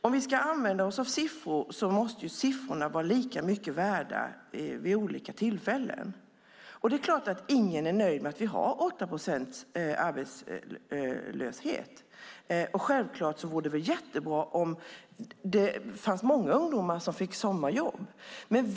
Om vi ska använda oss av siffror måste ju siffrorna vara lika mycket värda vid olika tillfällen. Och det är klart att ingen är nöjd med att vi har 8 procents arbetslöshet. Självklart vore det bra om många ungdomar fick sommarjobb.